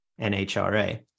NHRA